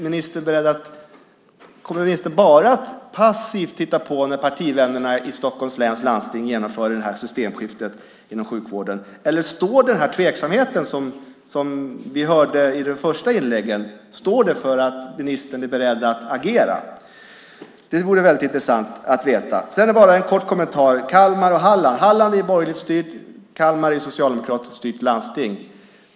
Kommer ministern bara att passivt titta på när partivännerna i Stockholms läns landsting genomför det här systemskiftet inom sjukvården, eller står den tveksamhet som vi hörde i de första inläggen för att ministern är beredd att agera? Det vore väldigt intressant att veta. Jag vill göra en kort kommentar om Kalmar och Halland. Halland har ett borgerligt styrt och Kalmar ett socialdemokratiskt styrt landsting.